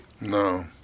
No